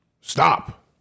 stop